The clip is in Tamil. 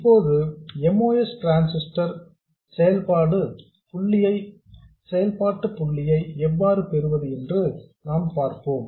இப்போது MOS டிரான்ஸிஸ்டர் இல் செயல்பாட்டு புள்ளியை எவ்வாறு பெறுவது என்று பார்ப்போம்